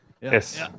Yes